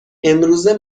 امروزه